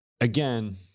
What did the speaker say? Again